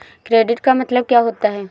Credit का मतलब क्या होता है?